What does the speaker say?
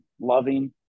loving